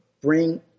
bring